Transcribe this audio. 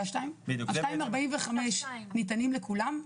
ה-2.45% ניתנים לכולם?